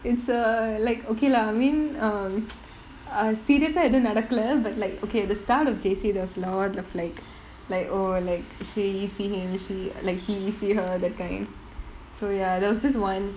it's a like okay lah I mean uh uh serious ah ஏதும் நடக்கல:ethum nadakkala but like okay at the start of J_C there was a lot of like like oh like she see him she like he see her that kind so ya there was this once